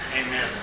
Amen